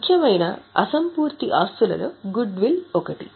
ముఖ్యమైన అసంపూర్తి ఆస్తులలో గుడ్ విల్ ఒకటి